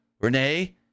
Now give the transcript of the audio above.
Renee